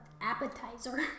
appetizer